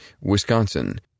Wisconsin